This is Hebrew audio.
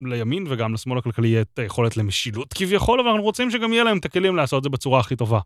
לימין וגם לשמאל הכלכלי יהיה את היכולת למשילות כביכול, ואנחנו רוצים שגם יהיה להם את הכלים לעשות את זה בצורה הכי טובה.